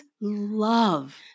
Love